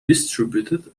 distributed